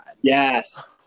Yes